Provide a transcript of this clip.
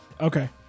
Okay